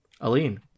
Aline